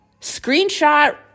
Screenshot